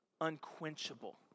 unquenchable